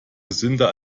gesünder